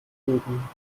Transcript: bezogen